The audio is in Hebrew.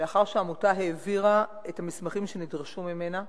ולאחר שהעמותה העבירה את המסמכים שנדרשו ממנה,